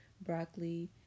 broccoli